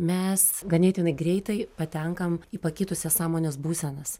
mes ganėtinai greitai patenkam į pakitusias sąmonės būsenas